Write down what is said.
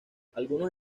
algunos